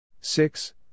Six